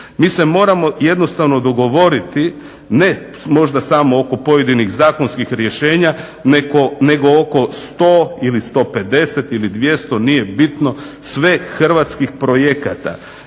Mi se moramo jednostavno dogovoriti ne možda samo oko pojedinih zakonskih rješenja nego oko 100 ili 150 ili 200 nije bitno sve hrvatskih projekata.